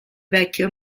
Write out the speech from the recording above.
vecchio